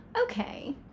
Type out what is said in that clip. Okay